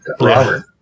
Robert